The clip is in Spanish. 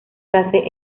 frase